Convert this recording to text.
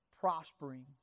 prospering